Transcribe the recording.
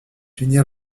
finir